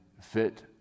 fit